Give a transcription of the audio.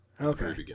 Okay